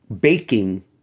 baking